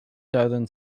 southern